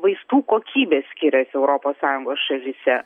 vaistų kokybė skiriasi europos sąjungos šalyse